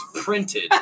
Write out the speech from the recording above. printed